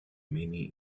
many